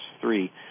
three